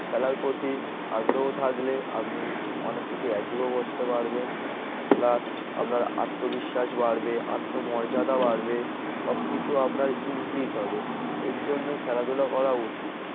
খেলার প্রতি আগ্রহ থাকলে আপনি অনেক কিছু অ্যাচিভও করতে পারবেন প্লাস আপনার আত্মবিশ্বাস বাড়বে আত্মমর্যাদা বাড়বে সবকিছু আপনার ইনক্রিজ হবে এর জন্যই খেলাধুলা করা উচিত